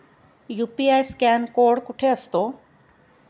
UPI scan code कुठे असतो?